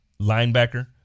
linebacker